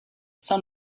sun